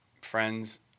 friends